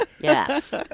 Yes